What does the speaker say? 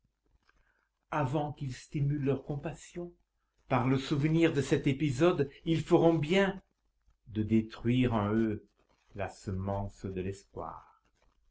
avant qu'il stimule leur compassion par le souvenir de cet épisode ils feront bien de détruire en eux la semence de l'espoir